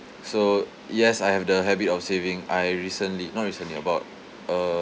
so yes I have the habit of saving I recently not recently about uh